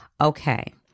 Okay